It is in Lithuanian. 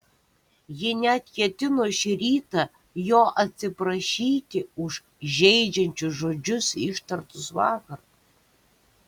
ji net ketino šį rytą jo atsiprašyti už žeidžiančius žodžius ištartus vakar